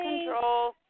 control